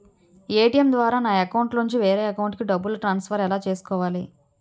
ATM ద్వారా నా అకౌంట్లోనుంచి వేరే అకౌంట్ కి డబ్బులు ట్రాన్సఫర్ ఎలా చేసుకోవాలి?